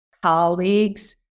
colleagues